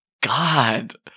god